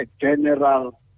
general